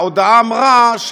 ההודעה אמרה,